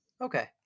Okay